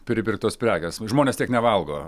pripirktos prekės žmonės tiek nevalgo